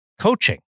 coaching